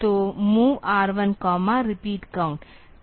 तो MOV R1 repeat count